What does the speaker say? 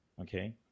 Okay